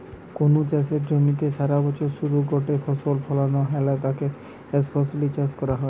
কুনু চাষের জমিরে সারাবছরে শুধু গটে ফসল ফলানা হ্যানে তাকে একফসলি চাষ কয়া হয়